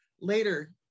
Later